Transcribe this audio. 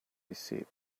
receipt